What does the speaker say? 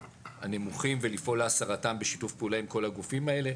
הנמוכים ולפעול להסרתם בשיתוף פעולה עם כל הגופים האלה.